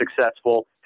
successful